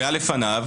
שהיה לפניו,